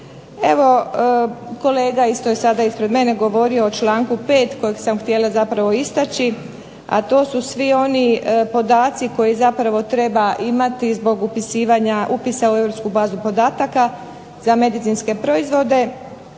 Evo kolega isto je sada ispred mene govorio o članku 5. kojeg sam htjela zapravo istaći, a to su svi oni podaci koje zapravo treba imati zbog upisa u europsku bazu podataka za medicinske proizvode.